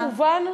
המסר הובן?